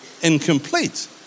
incomplete